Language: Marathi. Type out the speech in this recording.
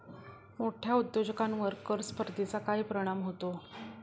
मोठ्या उद्योजकांवर कर स्पर्धेचा काय परिणाम होतो?